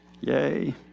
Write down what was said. Yay